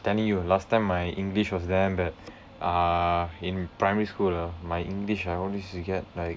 telling you last time my english was damn bad uh in primary school ah my english I always used to get like